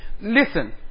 Listen